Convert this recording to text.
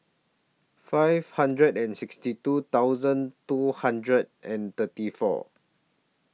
five hundred and sixty two thousand two hundred and thirty four